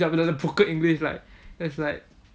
the the broken english like it's like